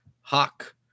hawk